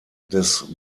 des